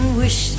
wish